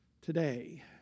today